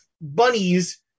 bunnies